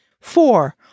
Four